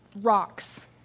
rocks